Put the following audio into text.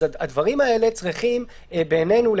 כרגע כתוב שאם הוא מסרב אז שולחים אותו למלונית.